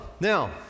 now